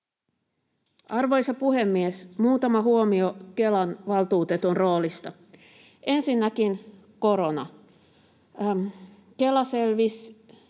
Arvoisa puhemies! Muutama huomio Kelan valtuutetun roolista: Ensinnäkin korona. Kela selvisi,